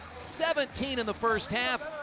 seventeen in the first half,